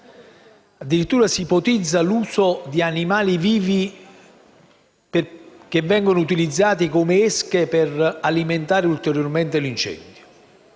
Addirittura si ipotizza l'uso di animali vivi utilizzati come esche per alimentare ulteriormente l'incendio.